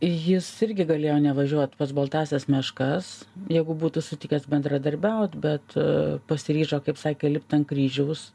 jis irgi galėjo nevažiuot pas baltąsias meškas jeigu būtų sutikęs bendradarbiaut bet pasiryžo kaip sakė lipt ant kryžiaus